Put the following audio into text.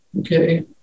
Okay